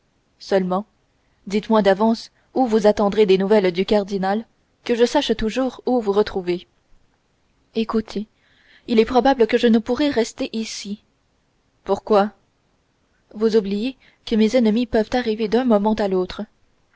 seulement dites-moi d'avance où vous attendrez des nouvelles du cardinal que je sache toujours où vous retrouver écoutez il est probable que je ne pourrai rester ici pourquoi vous oubliez que mes ennemis peuvent arriver d'un moment à l'autre